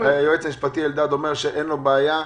היועץ המשפטי אלדד אומר שאין לו בעיה.